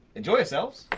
enjoy yourselves.